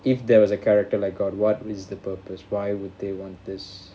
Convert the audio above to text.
if there was a character like god what is the purpose why would they want this